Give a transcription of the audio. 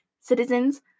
Citizens